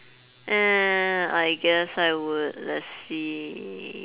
eh I guess I would let's see